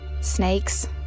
Snakes